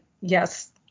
yes